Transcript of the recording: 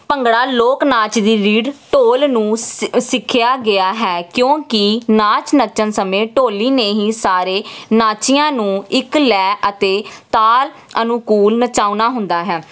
ਭੰਗੜਾ ਲੋਕ ਨਾਚ ਦੀ ਰੀਡ ਢੋਲ ਨੂੰ ਸਿ ਸਿੱਖਿਆ ਗਿਆ ਹੈ ਕਿਉਂਕਿ ਨਾਚ ਨੱਚਣ ਸਮੇਂ ਢੋਲੀ ਨੇ ਹੀ ਸਾਰੇ ਨਾਚੀਆਂ ਨੂੰ ਇੱਕ ਲੈਅ ਅਤੇ ਤਾਲ ਅਨੁਕੂਲ ਨਚਾਉਣਾ ਹੁੰਦਾ ਹੈ